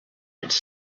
its